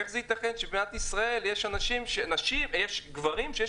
איך זה ייתכן שבמדינת ישראל יש גברים שיש